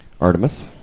Artemis